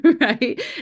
right